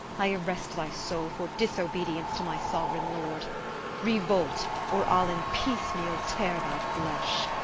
i arrest thy soul for disobedience to my sovereign lord revolt, or i'll in piece-meal tear thy flesh.